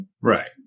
right